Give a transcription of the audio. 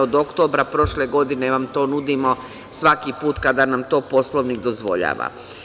Od oktobra prošle godine vam to nudimo svaki put kada nam to Poslovnik dozvoljava.